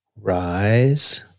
Rise